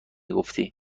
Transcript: گفتی